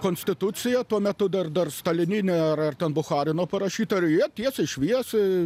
konstitucija tuo metu dar dar stalininė ar ar ten bucharino parašyta ir jie tiesai šviesai